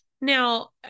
Now